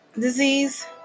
disease